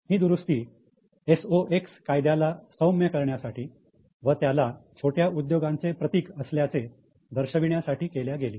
ही दुरुस्ती S O X कायद्याला सौम्य करण्यासाठी व त्याला छोट्या उद्योगांचे प्रतीक असल्याचे दर्शविण्यासाठी केल्या गेली